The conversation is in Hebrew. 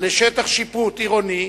לשטח שיפוט עירוני,